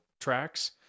tracks